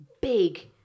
big